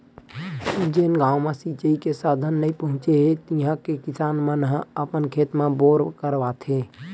जेन गाँव म सिचई के साधन नइ पहुचे हे तिहा के किसान मन ह अपन खेत म बोर करवाथे